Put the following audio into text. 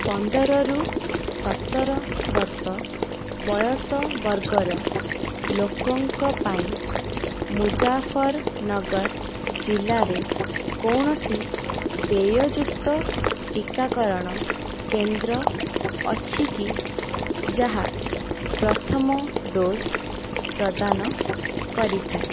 ପନ୍ଦରରୁ ସତର ବର୍ଷ ବୟସ ବର୍ଗର ଲୋକଙ୍କ ପାଇଁ ମୁଜାଫରନଗର ଜିଲ୍ଲାରେ କୌଣସି ଦେୟଯୁକ୍ତ ଟିକାକରଣ କେନ୍ଦ୍ର ଅଛି କି ଯାହା ପ୍ରଥମ ଡୋଜ୍ ପ୍ରଦାନ କରିଥାଏ